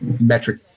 metric